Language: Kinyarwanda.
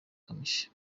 kamichi